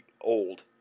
old